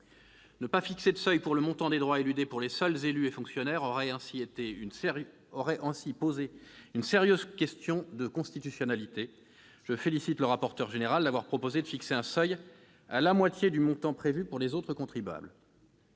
Ne pas fixer de seuil pour le montant des droits éludés pour les seuls élus et fonctionnaires aurait ainsi posé une sérieuse question de constitutionnalité. Je félicite M. le rapporteur d'avoir proposé de fixer un seuil égal à la moitié du montant prévu pour les autres contribuables.